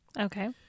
Okay